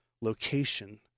location